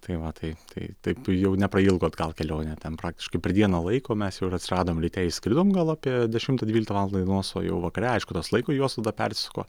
tai va tai tai taip jau neprailgo atgal kelionė ten praktiškai per dieną laiko mes jau ir atsiradom ryte išskridom gal apie dešimtą dvyliktą valandą dienos o jau vakare aišku tos laiko juostos dar persisuko